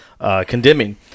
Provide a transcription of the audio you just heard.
condemning